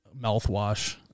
mouthwash